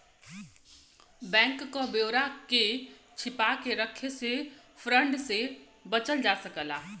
bank क ब्यौरा के छिपा के रख से फ्रॉड से बचल जा सकला